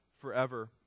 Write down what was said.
forever